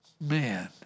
man